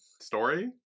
story